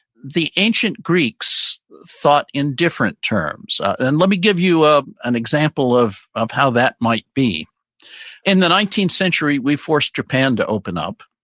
the ancient greeks thought in different terms and let me give you ah an example of of how that might be in the nineteenth century, we forced japan to open up